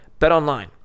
BetOnline